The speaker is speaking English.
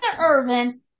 Irvin